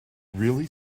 really